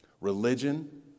Religion